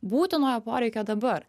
būtinojo poreikio dabar